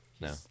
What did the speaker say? no